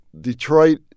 Detroit